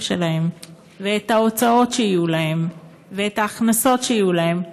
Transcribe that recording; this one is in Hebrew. שלהם ואת ההוצאות שיהיו להם ואת ההכנסות שיהיו להם,